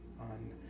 on